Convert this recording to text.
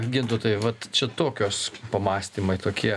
gintautai vat čia tokios pamąstymai tokie